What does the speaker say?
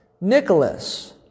Nicholas